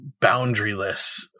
boundaryless